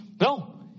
No